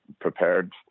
prepared